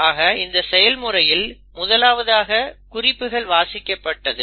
ஆக இந்த செயல்முறையில் முதலாவதாக குறிப்புகள் வாசிக்கப்பட்டது